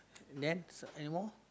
then anymore